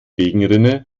regenrinne